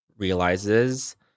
realizes